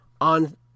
on